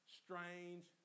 strange